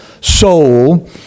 soul